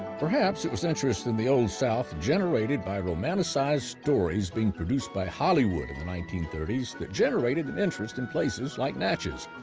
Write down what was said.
perhaps it was interest in the old south generated by romanticized stories being produced by hollywood in the nineteen thirty s that generated interest in places like natchez.